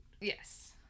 Yes